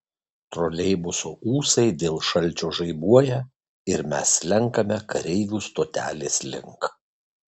troleibuso ūsai dėl šalčio žaibuoja ir mes slenkame kareivių stotelės link